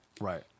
Right